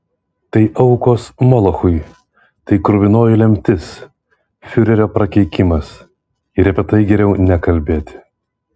tai aukos molochui tai kruvinoji lemtis fiurerio prakeikimas ir apie tai geriau nekalbėti